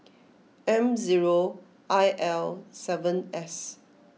M zero I L seven S